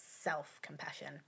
self-compassion